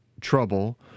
trouble